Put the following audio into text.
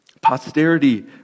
Posterity